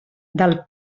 del